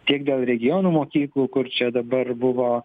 tiek dėl regionų mokyklų kur čia dabar buvo